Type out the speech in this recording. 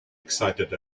excited